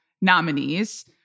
nominees